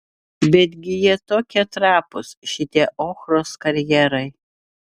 betgi jie tokie trapūs šitie ochros karjerai